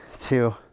two